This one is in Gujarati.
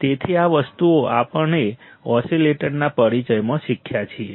તેથી આ વસ્તુઓ આપણે ઓસીલેટરના પરિચયમાં શીખ્યા છીએ